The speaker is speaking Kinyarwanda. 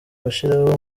bashyiraho